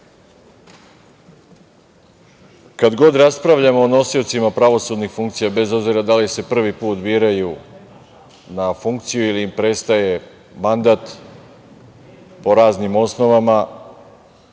kad god raspravljamo o nosiocima pravosudnih funkcija, bez obzira da li se prvi put biraju na funkciju ili im prestaje mandat po raznim osnovama,